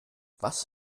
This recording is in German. was